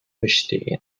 verstehen